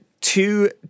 Two